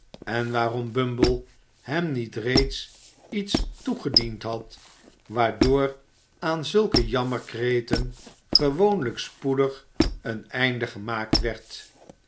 en waarom bumble hem niet reeds iets toegediend had waardoor aan zulke jammerkreten gewoonlijk spoedig een einde gemaakt werd